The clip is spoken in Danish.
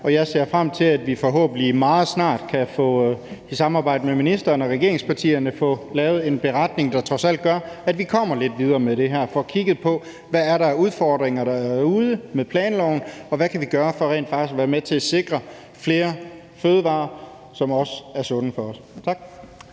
Jeg ser frem til, at vi forhåbentlig meget snart i samarbejde med ministeren og regeringspartierne kan få lavet en beretning, der trods alt gør, at vi kommer lidt videre med det her og får kigget på, hvad der er af udfordringer derude med planloven, og hvad vi kan gøre for rent faktisk at være med til at sikre flere fødevarer, som også er sunde for os. Tak.